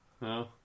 No